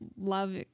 love